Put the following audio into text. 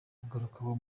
kugarukaho